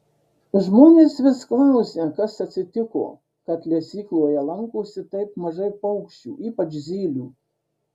žmonės vis klausia kas atsitiko kad lesykloje lankosi taip mažai paukščių ypač zylių